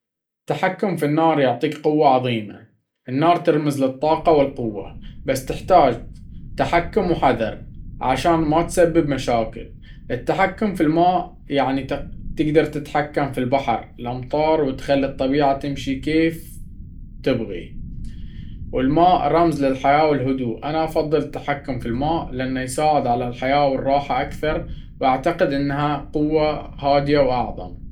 التحكم في النار يعطيك قوة عظيمة، النار ترمز للطاقة والقوة، بس تحتاج تحكم وحذر عشان ما تسبب مشاكل. التحكم في الماء يعني تقدر تتحكم في البحر، الأمطار، وتخلي الطبيعة تمشي كيف تبغى، والماء رمز للحياة والهدوء. أنا أفضل التحكم في الماء، لأنه يساعد على الحياة والراحة أكثر، وأعتقد إنه قوة هادية وأعظم.